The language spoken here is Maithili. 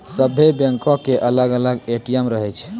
सभ्भे बैंको के अलग अलग ए.टी.एम रहै छै